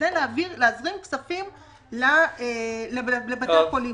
זה נעשה כדי להזרים כספים לבתי החולים,